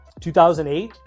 2008